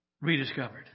rediscovered